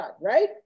right